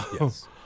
yes